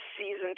season